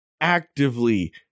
actively